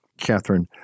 Catherine